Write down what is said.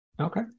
okay